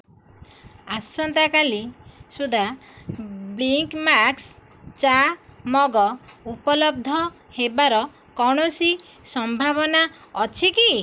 ଆସନ୍ତା କାଲି ସୁଦ୍ଧା ବ୍ଲିଙ୍କମାକ୍ସ ଚା ମଗ୍ ଉପଲବ୍ଧ ହେବାର କୌଣସି ସମ୍ଭାବନା ଅଛି କି